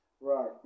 Right